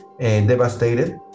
devastated